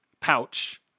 pouch